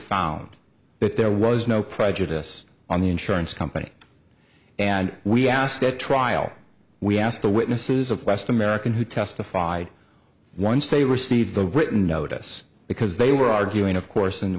found that there was no prejudice on the insurance company and we asked at trial we asked the witnesses of last american who testified once they received the written notice because they were arguing of course in